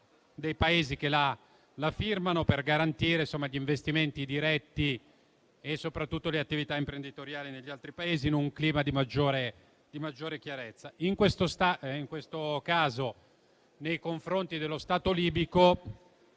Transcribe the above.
dei Paesi che firmano la convenzione, per garantire gli investimenti diretti e soprattutto le attività imprenditoriali negli altri Paesi, in un clima di maggiore di maggiore chiarezza. In questo caso, nei confronti dello Stato libico